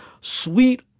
sweet